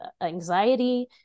anxiety